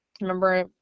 Remember